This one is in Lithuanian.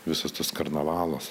visas tas karnavalas